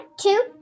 two